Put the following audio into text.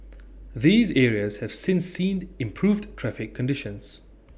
these areas have since seen improved traffic conditions